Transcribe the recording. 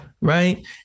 right